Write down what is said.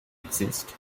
exist